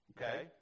okay